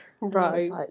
right